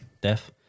death